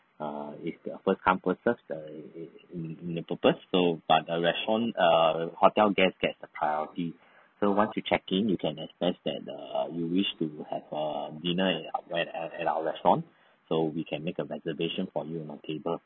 err it's the first come first serve the in in the purpose so but the restaurant err hotel guest get a priority so once you check in you can express that err you wish to have err dinner at our at at at our restaurant so we can make a reservation for you and the table